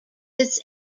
its